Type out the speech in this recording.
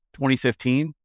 2015